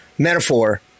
Metaphor